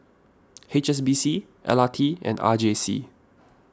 H S B C L R T and R J C